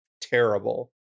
Terrible